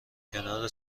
کنار